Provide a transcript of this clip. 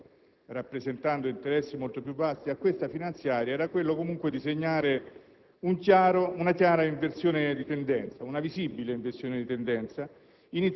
credo che non possa essere sufficiente una finanziaria, nemmeno una legislatura e nemmeno i soli strumenti di un Governo nazionale.